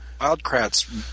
Wildcat's